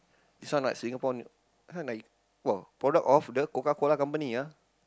this right Singapore !huh! ni~ !wah! product of the Coca-Cola Company ah